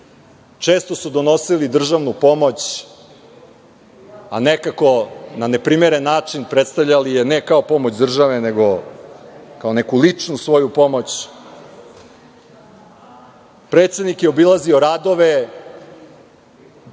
Često su donosili državnu pomoć, a nekako na neprimeren način predstavljali je ne kao pomoć države, nego kao neku ličnu svoju pomoć. Predsednik je obilazio radove,